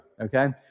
Okay